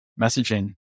messaging